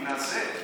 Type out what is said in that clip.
נעשה.